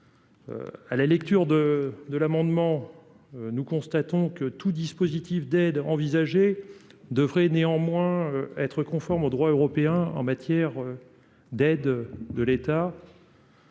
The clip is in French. à la lecture de de l'amendement, nous constatons que tout dispositif d'aide envisagée devrait néanmoins être conforme au droit européen en matière d'aides de l'État.